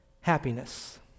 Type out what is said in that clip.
happiness